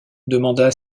demanda